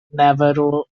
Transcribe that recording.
navarro